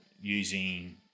using